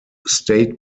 state